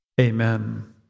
Amen